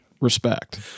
respect